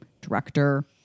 director